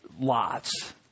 lots